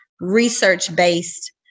research-based